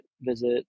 visit